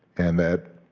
and that